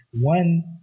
one